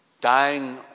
dying